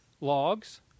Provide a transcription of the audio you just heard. Logs